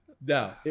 No